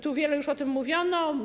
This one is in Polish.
Tu wiele już o tym mówiono.